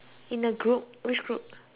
which group